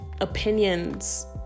opinions